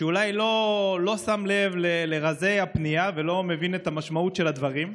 שאולי לא שם לב לרזי הפנייה ולא מבין את המשמעות של הדברים: